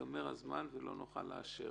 ייגמר הזמן ולא נוכל לאשר.